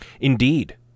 indeed